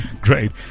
Great